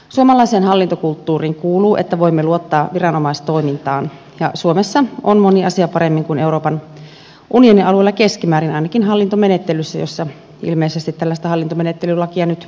suomalaiseen hallintokulttuuriin kuuluu että voimme luottaa viranomaistoimintaan ja suomessa on moni asia paremmin kuin euroopan unionin alueella keskimäärin ainakin hallintomenettelyssä johon ilmeisesti tällaista hallintomenettelylakia tai asetusta sorvataan